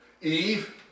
Eve